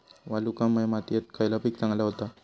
वालुकामय मातयेत खयला पीक चांगला होता?